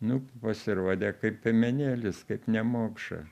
nu pasirodė kaip piemenėlis kaip nemokša